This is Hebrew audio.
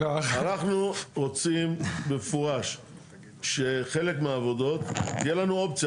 אנחנו רוצים במפורש שחלק מהעבודות תהיה לנו אופציה,